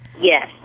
Yes